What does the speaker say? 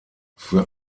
für